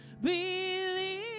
Believe